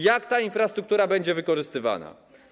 Jak ta infrastruktura będzie wykorzystywana?